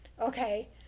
okay